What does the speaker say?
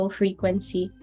frequency